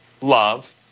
love